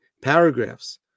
paragraphs